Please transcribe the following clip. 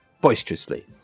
boisterously